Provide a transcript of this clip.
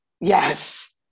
Yes